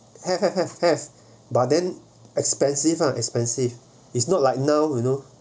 have have have have but then expensive ah expensive it's not like now you know